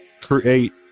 create